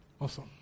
Awesome